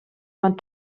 man